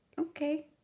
okay